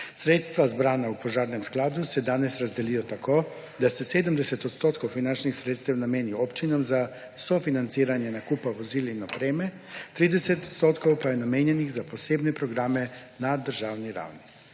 Sredstva, zbrana v Požarnem skladu, se danes razdelijo tako, da se 70 odstotkov finančnih sredstev nameni občinam za sofinanciranje nakupa vozil in opreme, 30 odstotkov pa je namenjenih za posebne programe na državni ravni.